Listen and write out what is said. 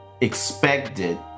expected